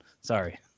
Sorry